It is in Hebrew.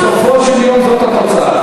בסופו של יום זאת התוצאה.